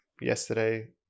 yesterday